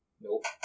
Nope